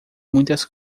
muitas